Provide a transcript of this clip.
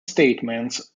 statements